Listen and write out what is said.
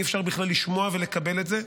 אי-אפשר בכלל לשמוע ולקבל את זה.